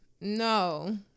No